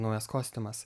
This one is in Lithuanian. naujas kostiumas